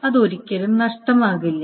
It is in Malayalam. അത് ഒരിക്കലും നഷ്ടമാകില്ല